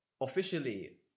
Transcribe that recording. officially